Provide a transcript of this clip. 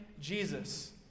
Jesus